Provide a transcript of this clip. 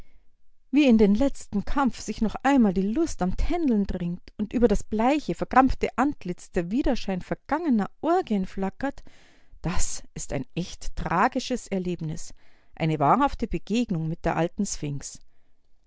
wie in den letzten kampf sich noch einmal die lust am tändeln drängt und über das bleiche verkrampfte antlitz der widerschein vergangener orgien flackert das ist ein echt tragisches erlebnis eine wahrhafte begegnung mit der alten